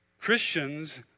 Christians